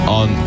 on